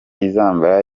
izambara